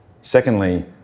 Secondly